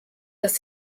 dass